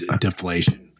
deflation